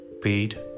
Paid